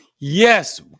Yes